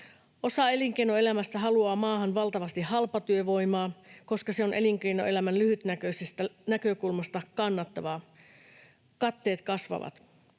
Osa elinkeinoelämästä haluaa maahan valtavasti halpatyövoimaa, koska se on elinkeinoelämän lyhytnäköisestä näkökulmasta kannattavaa: katteet kasvavat.